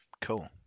Cool